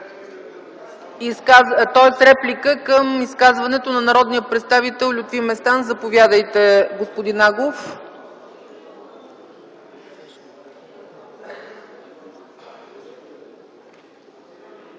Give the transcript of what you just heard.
За реплика към изказването на народния представител Лютви Местан, заповядайте, господин Агов.